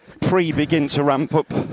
pre-begin-to-ramp-up